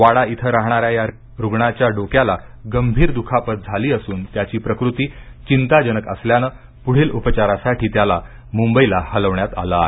वाडा इथं राहणाऱ्या या रुग्णाच्या डोक्याला गंभीर द्खापत झाली असून त्याची प्रकृती चिंताजनक असल्यानं पूढील उपचारासाठी त्याला मुंबईला हलवण्यात आल आहे